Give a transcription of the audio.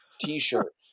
T-shirt